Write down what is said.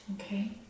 Okay